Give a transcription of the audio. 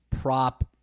prop